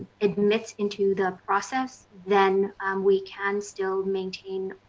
admits into the process, then we can still maintain,